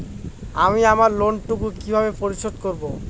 আমি আমার লোন টুকু কিভাবে পরিশোধ করব?